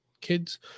kids